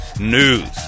news